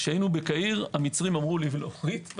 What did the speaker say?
כשהיינו בקהיר המצרים אמרו לי ולאורית: